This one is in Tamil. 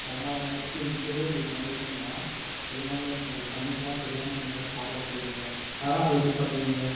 அதனால் வந்து இப்பயே இங்கேயே இப்படி பண்ணுறீங்கன்னா இதே வந்து எங்கள் கண்ணுக்கெல்லாம் தெரியாமல் நீங்கள் வந்து சாப்பாடு செய்கிறீங்க அதெல்லாம் அப்போது எப்படி பண்ணுவீங்க